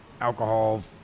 alcohol